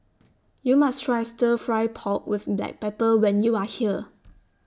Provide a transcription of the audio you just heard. YOU must Try Stir Fry Pork with Black Pepper when YOU Are here